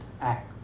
Act